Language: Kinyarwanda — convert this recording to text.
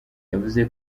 yavuze